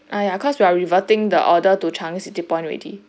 ah ya cause we are reverting the order to changi city point already